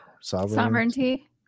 sovereignty